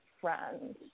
friends